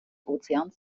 ozeans